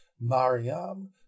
Mariam